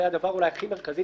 זה הדבר אולי הכי מרכזי,